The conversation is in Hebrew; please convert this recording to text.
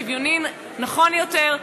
שוויוני ונכון יותר,